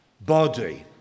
body